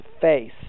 face